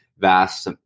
vast